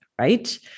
right